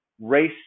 race